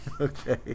Okay